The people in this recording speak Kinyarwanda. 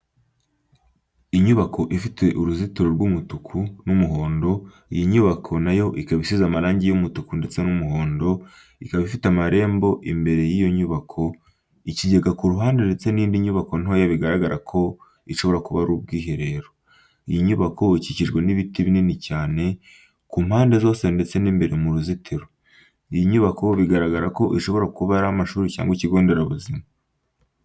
Inyubako ifite uruzitiro rw'umutuku n'umuhondo, iyi nyubako na yo ikaba isize amarangi y'umutuku ndetse n'umuhondo, ikaba ifite amarembo imbere y'iyo nyubako, ikigega ku ruhande ndetse n'indi nyubako ntoya bigaragara ko ishobora kuba ari ubwiherero. Iyi nyubako ikikijwe n'ibiti binini cyane ku mpande zose ndetse ni mbere mu ruzitiro. Iyi nyubako bigaragara ko ishobora kuba ari amashuri cyangwa ikigo nderabuzima.